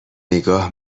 نگاه